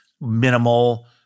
minimal